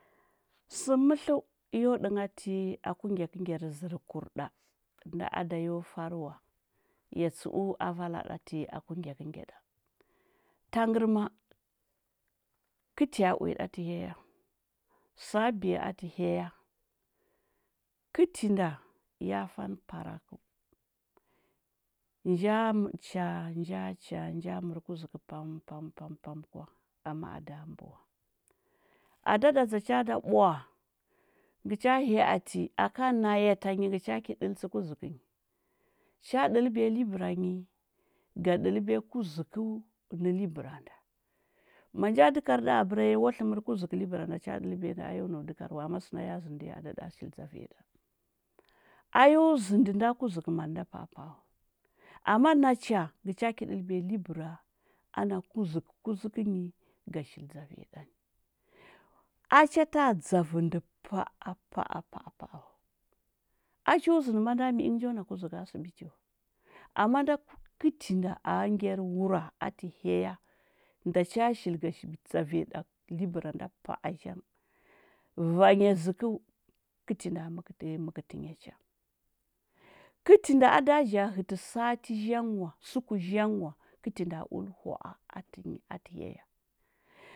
Sɚ mɚtlɚu yo ɗɚnghati aku ngyakɚ ngyar zɚr kur ɗa nda ada yo fari wa ya tsɚu a valaɗati aku ngyakɚ ngyaɗa i tangɚrma- kɚti a uya ɗa tɚ hya ya, sa biya atɚ hya ya kɚti nda, ya fani farakɚu nja cha nja cha nja mɚrɚ kuzɚkɚ pam pam pam pamɚ kwa ama ada mbɚ wa ada ɗa dza cha da ɓwa ngɚ cha hyaati aka naya tanyi ngɚ cho ki ɗɚltsɚ kuzɚkɚ nyi, cha ɗɚl-biya libɚra nyi ga ɗɚlbiya kuzɚkɚu nɚ libɚra nda ma nja dɚkar ɗa abɚra ya wa hɚmɚr kuzɚkɚ libɚra nda cha ɗɚlbiya nda ayo nau dɚkarɚ wa, ama sɚnda ya zɚudi, ada ɗa shili dzavi yaɗa ayo zɚndi ndara kuzɚkɚ manda pa’a pa’a wa ama nacha, ngɚ cha ki ɗɚlbiya libɚra ana kuzɚkɚr kuzɚkɚnyi ga shihi dzaviya ɗani a cha taa, dzavɚ ndɚ pa’a pa’a pa’a pa’a wa a cho zɚndi ma mingɚ chon a kazɚkɚ a sibiti wa ama nda kɚti nda a gyari wura, ati hyaya, nda cha shili ga shili dzari ya ɗa libɚra nda pa’a zhang, vanya zɚkɚu, kɚti nda mɚkɚti mɚkɚti nyacha, kɚti nda ada za hɚti nda ulɚ hwa’a ati hyaya.